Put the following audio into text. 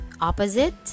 opposite